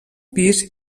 pis